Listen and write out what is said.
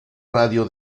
radio